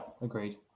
agreed